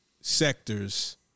sectors